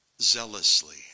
zealously